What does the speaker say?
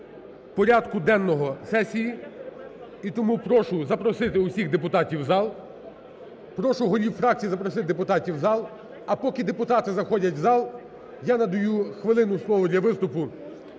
порядку денного сесії. І прошу запросити усіх депутатів в зал. Прошу голів фракцій запросити депутатів в зал. А поки депутати заходять в зал, я надаю хвилину, слово для виступу